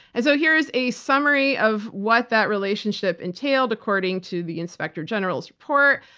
and so here's a summary of what that relationship entailed, according to the inspector general's report.